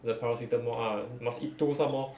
the paracetamol ah must eat two some more